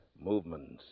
movements